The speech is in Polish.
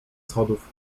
schodów